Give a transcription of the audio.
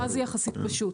-- ואז זה יחסית פשוט.